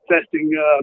testing